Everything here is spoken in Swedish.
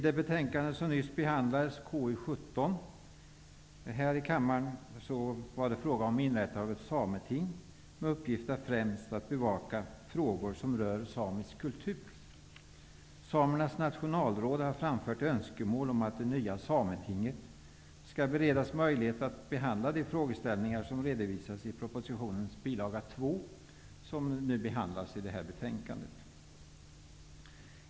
Det betänkande som nyss behandlades, KU17, handlade om inrättande av ett sameting med uppgift främst att bevaka frågor som rör samisk kultur. Samernas nationalråd har framfört önskemål om att det nya sametinget skall beredas möjlighet att behandla de frågeställningar som redovisas i propositionens bil. 2 och som tas upp i detta betänkande.